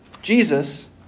Jesus